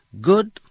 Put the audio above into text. good